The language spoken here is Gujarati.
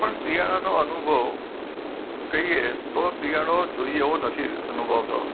પણ શિયાળાનો અનુભવ કહીએ તો શિયાળો જોઈએ એવો નથી અનુભવાતો